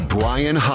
Brian